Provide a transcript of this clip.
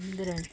ಇದರಲ್ಲಿ